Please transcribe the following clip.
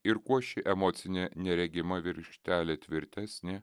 ir kuo ši emocinė neregima virkštelė tvirtesnė